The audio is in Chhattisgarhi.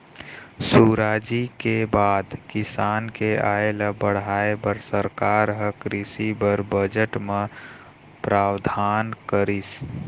सुराजी के बाद किसान के आय ल बढ़ाय बर सरकार ह कृषि बर बजट म प्रावधान करिस